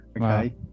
okay